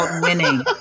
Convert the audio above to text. Winning